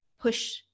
push